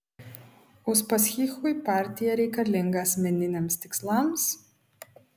uspaskichui partija reikalinga asmeniniams tikslams